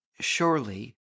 Surely